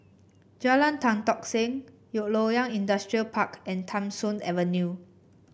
Jalan Tan Tock Seng Loyang Industrial Park and Tham Soong Avenue